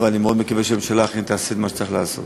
אבל אני מאוד מקווה שהממשלה אכן תעשה את מה שצריך לעשות.